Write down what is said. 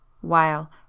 While